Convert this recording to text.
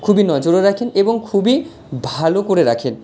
খুবই নজরও রাখেন এবং খুবই ভালো করে রাখেন